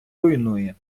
руйнує